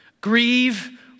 Grieve